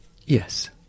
Yes